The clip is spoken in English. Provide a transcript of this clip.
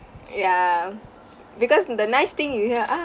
ya because the nice thing you hear ah